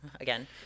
again